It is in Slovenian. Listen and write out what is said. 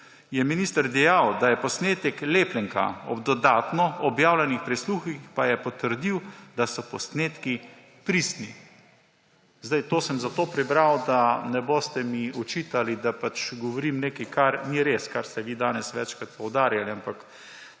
je minister dejal, da je posnetek lepljenka, ob dodatno objavljenih prisluhih pa je potrdil, da so posnetki pristni.« To sem prebral zato, da mi ne boste očitali, da govorim nekaj, kar ni res, kar ste vi danes večkrat poudarjali. Ne